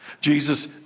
Jesus